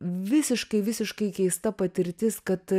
visiškai visiškai keista patirtis kad